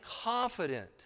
confident